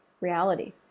reality